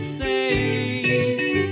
face